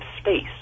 space